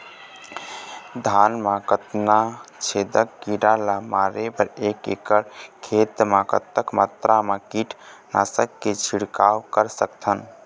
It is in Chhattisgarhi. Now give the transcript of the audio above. धान मा कतना छेदक कीरा ला मारे बर एक एकड़ खेत मा कतक मात्रा मा कीट नासक के छिड़काव कर सकथन?